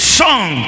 song